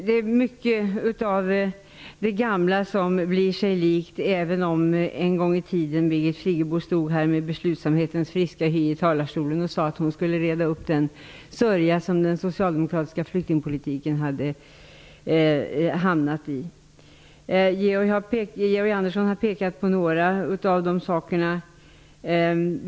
Det är mycket av det gamla som blir sig likt, även om Birgit Friggebo en gång i tiden stod här i talarstolen med beslutsamhetens friska hy och sade att hon skulle reda upp den sörja som den socialdemokratiska flyktingpolitiken hade hamnat i. Georg Andersson har pekat på några av dessa saker.